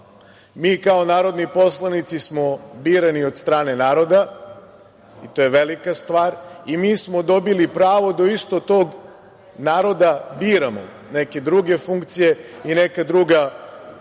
kao narodni poslanici smo birani od strane naroda i to je velika stvar i mi smo dobili pravo od istog tog naroda da biramo neke druge funkcije i neka druga ovlašćena